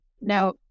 Now